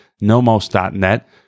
nomos.net